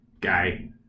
guy